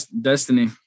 destiny